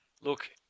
Look